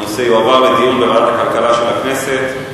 הנושא יועבר לדיון בוועדת הכלכלה של הכנסת.